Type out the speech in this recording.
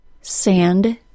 Sand